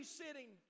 sitting